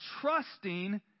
trusting